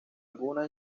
alguna